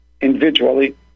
individually